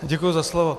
Děkuji za slovo.